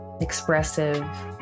expressive